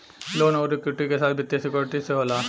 loan अउर equity के साथ वित्तीय सिक्योरिटी से होला